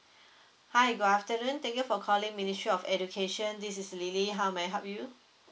hi good afternoon thank you for calling ministry of education this is lily how may I help you